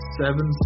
seven